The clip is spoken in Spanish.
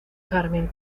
carmen